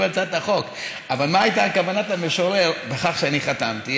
אבל מה הייתה כוונת המשורר בכך שאני חתמתי?